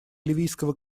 ливийского